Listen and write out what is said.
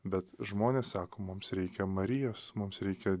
bet žmonės sako mums reikia marijos mums reikia